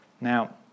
Now